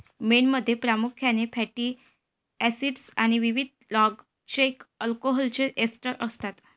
मेणमध्ये प्रामुख्याने fatty acids आणि विविध लाँग चेन अल्कोहोलचे एस्टर असतात